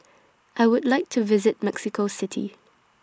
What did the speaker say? I Would like to visit Mexico City